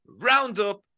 Roundup